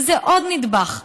וזה עוד נדבך,